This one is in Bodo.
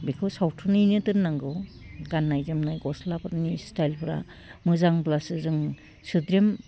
बेखौ सावथुनैनो दोन्नांगौ गान्नाय जोमनाय गस्लाफोरनि स्टाइलफ्रा मोजांब्लासो जों सोद्रोम